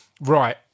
right